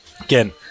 Again